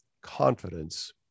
confidence